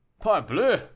Parbleu